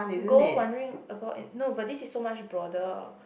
go wandering about it no but this is so much broader